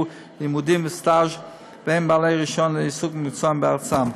לימודים וסטאז' והם בעלי רישיון לעיסוק במקצועם בארצם.